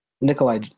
Nikolai